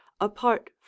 apart